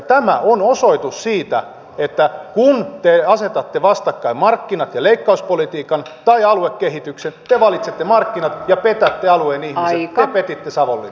tämä on osoitus siitä että kun te asetatte vastakkain markkinat ja leikkauspolitiikan tai aluekehityksen te valitsette markkinat ja petätte alueen ihmiset